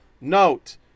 Note